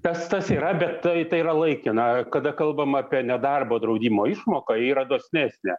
tas tas yra bet tai yra laikina kada kalbam apie nedarbo draudimo išmoką ji yra dosnesnė